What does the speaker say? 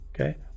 Okay